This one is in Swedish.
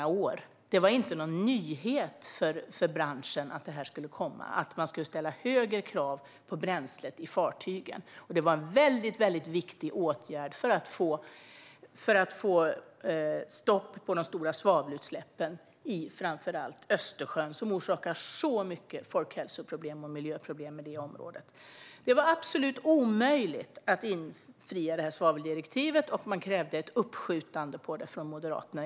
Att det skulle komma och att det skulle ställas högre krav på bränslet i fartygen var ingen nyhet för branschen. Det var en mycket viktig åtgärd för att få stopp på de stora svavelutsläppen i framför allt Östersjön. De orsakar stora folkhälso och miljöproblem i området. Det sas att det var absolut omöjligt att införa svaveldirektivet, och Moderaterna krävde ett uppskov.